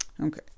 Okay